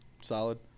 Solid